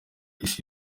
isi